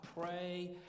pray